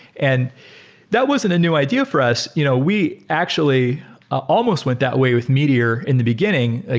and that wasn't a new idea for us. you know we actually almost went that way with meteor in the beginning. ah